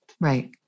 Right